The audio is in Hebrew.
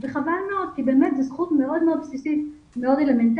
וחבל מאוד כי זו זכות מאוד בסיסית ואלמנטרית.